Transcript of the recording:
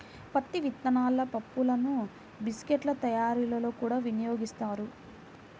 పత్తి విత్తనాల పప్పులను బిస్కెట్ల తయారీలో కూడా వినియోగిస్తారు